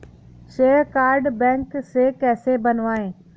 श्रेय card bank से कैसे बनवाएं?